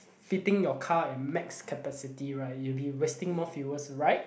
fitting your car at max capacity right you'll be wasting more fuels right